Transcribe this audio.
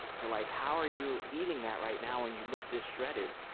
they're like, how are you eating that right now and you look this shredded?